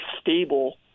stable